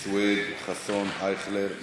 סויד, חסון, אייכלר.